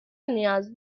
نیاز